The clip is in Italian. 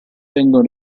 vengono